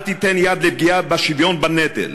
אל תיתן יד לפגיעה בשוויון בנטל,